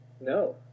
No